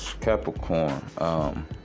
Capricorn